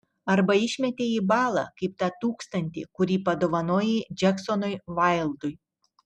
arba išmetei į balą kaip tą tūkstantį kurį padovanojai džeksonui vaildui